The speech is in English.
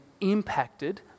impacted